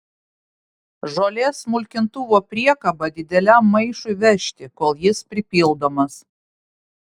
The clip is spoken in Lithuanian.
žolės smulkintuvo priekaba dideliam maišui vežti kol jis pripildomas